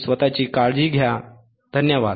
स्वतःची काळजी घ्या